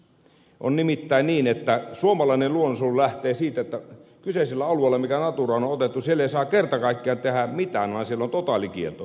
on nimittäin niin että suomalainen luonnonsuojelu lähtee siitä että kyseisellä alueella mikä naturaan on otettu ei saa kerta kaikkiaan tehdä mitään vaan siellä on totaalikielto